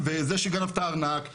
וזה שגנב את הארנק מהמפורסמים.